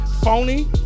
Phony